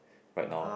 right now